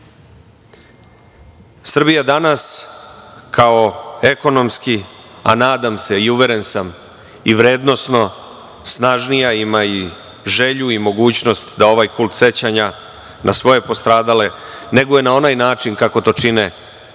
danas kao ekonomski, a nadam se i uveren sam, i vrednosno snažnija ima i želju i mogućnost da ovaj kult sećanja na svoje postradale neguje na onaj način kako to čine drugi